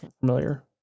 familiar